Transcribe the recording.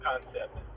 Concept